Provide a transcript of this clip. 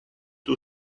too